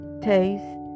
taste